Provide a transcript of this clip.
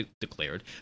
declared